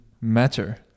matter